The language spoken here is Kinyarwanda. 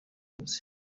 umuzi